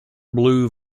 blue